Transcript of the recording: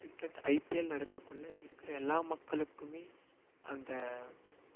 cricket IPL நடக்கக்குள்ளே இருக்கிற எல்லா மக்களுக்குமே அந்த